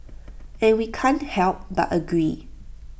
and we can't help but agree